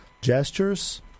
gestures